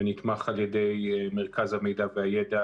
ונתמך על ידי מרכז המידע והידע